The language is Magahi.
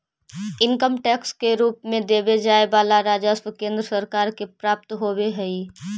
इनकम टैक्स के रूप में देवे जाए वाला राजस्व केंद्र सरकार के प्राप्त होव हई